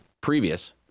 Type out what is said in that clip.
previous